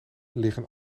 liggen